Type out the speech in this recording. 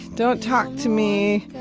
don't talk to me.